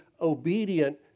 obedient